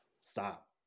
stop